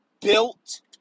built